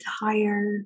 higher